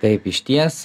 taip išties